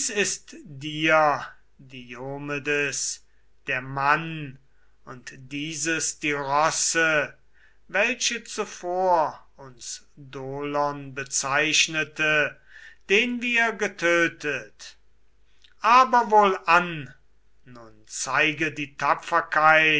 ist dir diomedes der mann und dieses die rosse welche zuvor uns dolon bezeichnete den wir getötet aber wohlan nun zeige die tapferkeit